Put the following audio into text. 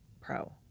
pro